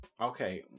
okay